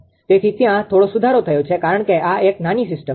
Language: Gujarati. તેથી ત્યાં થોડો સુધારો થયો છે કારણ કે આ એક નાની સિસ્ટમ છે